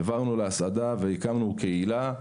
העברנו להסעדה והקמנו קהילה.